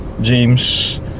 James